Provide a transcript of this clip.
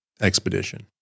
expedition